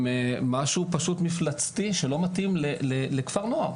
עם משהו פשוט מפלצתי, שלא מתאים לכפר נוער.